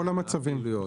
כל המצבים.